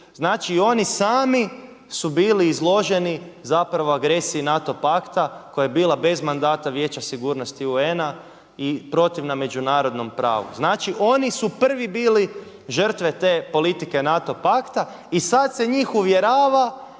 Znači oni sami su bili izloženi agresiji NATO pakta koja je bila bez mandata Vijeća sigurnosti UN-a i protivna međunarodnom pravu. Znači oni su prvi bili žrtve te politike NATO pakta i sada se njih uvjerava